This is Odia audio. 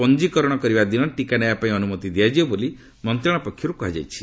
ପଞ୍ଜିକରଣ କରିବା ଦିନ ଟିକା ନେବା ପାଇଁ ଅନୁମତି ଦିଆଯିବ ବୋଲି ମନ୍ତ୍ରଣାଳୟ ପକ୍ଷରୁ କୁହାଯାଇଛି